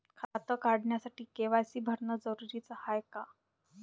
खातं काढतानी के.वाय.सी भरनं जरुरीच हाय का?